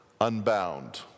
unbound